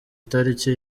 itariki